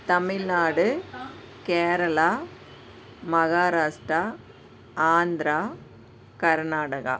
Tamil Nadu Kerala Maharashtra Andhra Karnataka